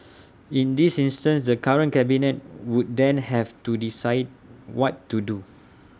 in this instance the current cabinet would then have to decide what to do